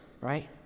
right